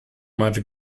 much